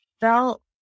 felt